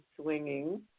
swinging